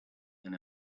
and